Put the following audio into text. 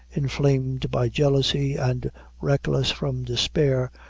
inflamed by jealousy and reckless from despair,